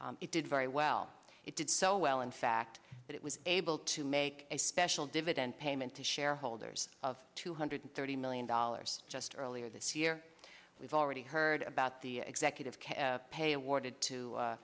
it did very well it did so well in fact that it was able to make a special dividend payment to shareholders of two hundred thirty million dollars just earlier this year we've already heard about the executive pay awarded to